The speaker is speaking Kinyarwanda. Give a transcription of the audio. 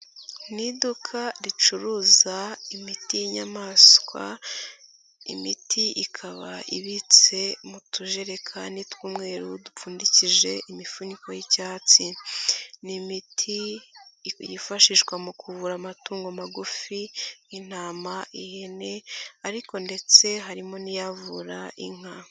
Ni iduka ricuruza imiti y'inyamaswa, imiti ikaba ibitse mu tujerekani tw'umweru dupfundikije imifuniko y'icyatsi, ni imiti yifashishwa mu kuvura amatungo magufi nk'intama, ihene ariko ndetse harimo n'iyavura inka.